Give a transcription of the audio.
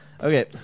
Okay